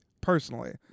personally